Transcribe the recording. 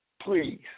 please